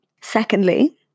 Secondly